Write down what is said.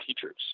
teachers